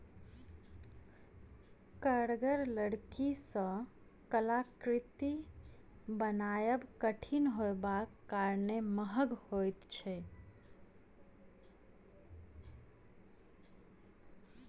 कड़गर लकड़ी सॅ कलाकृति बनायब कठिन होयबाक कारणेँ महग होइत छै